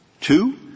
Two